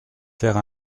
faire